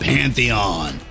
Pantheon